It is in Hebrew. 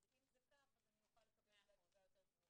אז אם זה כך אני אולי אוכל לקבל תשובה יותר ברורה.